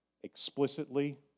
Explicitly